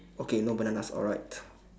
okay no bananas alright